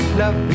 love